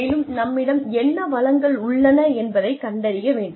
மேலும் நம்மிடம் என்ன வளங்கள் உள்ளன என்பதைக் கண்டறிய வேண்டும்